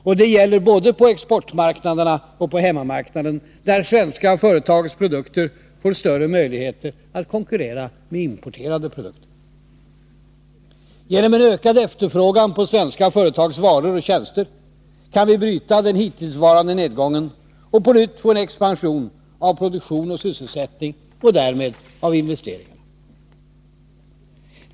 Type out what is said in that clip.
Och det gäller både på exportmarknaderna och på hemmamarknaden, där svenska företags produkter får större möjligheter att konkurrera med importerade produkter. Genom en ökad efterfrågan på svenska företags varor och tjänster kan vi bryta den hittillsvarande nedgången och på nytt få en expansion av produktion och sysselsättning och därmed av investeringarna.